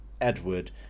Edward